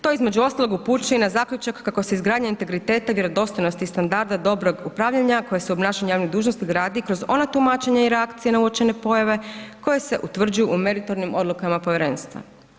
To između ostalog upućuje i na zaključak kako se izgradnja integriteta i vjerodostojnosti i standarda dobrog upravljanja koje se u obnašanju javnih dužnosti gradi kroz ona tumačenja i reakcije na uočene pojave koje se utvrđuju u meritornim odlukama povjerenstva.